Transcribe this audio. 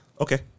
okay